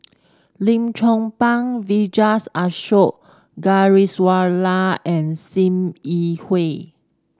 Lim Chong Pang Vijesh Ashok Ghariwala and Sim Yi Hui